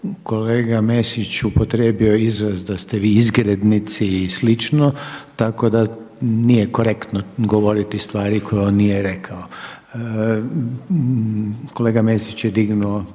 kolega Mesić upotrijebio izraz da ste vi izgrednici i slično, tako da nije korektno govoriti stvari koje on nije rekao. Kolega Mesić je digao